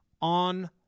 on